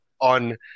on